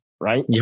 right